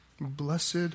Blessed